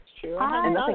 true